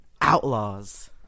Outlaws